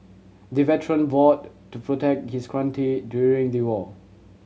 the veteran fought to protect his country during the war